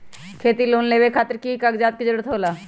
खेती लोन लेबे खातिर की की कागजात के जरूरत होला?